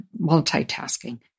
multitasking